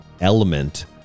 element